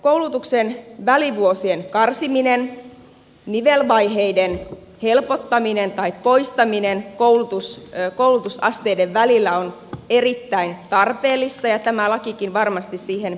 koulutuksen välivuosien karsiminen ja nivelvaiheiden helpottaminen tai poistaminen koulutusasteiden välillä on erittäin tarpeellista ja tämä lakikin varmasti siihen pyrkii